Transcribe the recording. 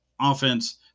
offense